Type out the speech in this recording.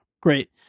Great